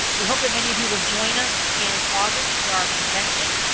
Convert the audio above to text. we hope that many of you will join us in august for our convention.